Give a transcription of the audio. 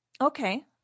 Okay